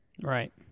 right